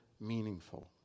meaningful